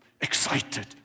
excited